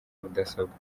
mudasobwa